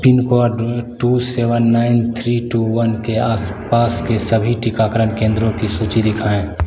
pin code two seven nine three two one के आसपास के सभी टीकाकरण केंद्रों की सूची दिखाएँ